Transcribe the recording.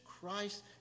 Christ